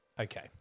Okay